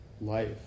life